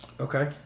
Okay